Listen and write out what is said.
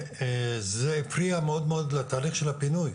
זה הפריע מאוד לתהליך של הפינוי.